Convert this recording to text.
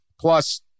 plus